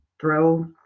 throw